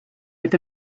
with